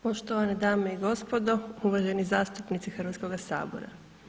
Poštovane dame i gospodo, uvaženi zastupnici Hrvatskog sabora.